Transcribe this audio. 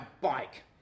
bike